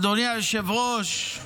אדוני היושב-ראש,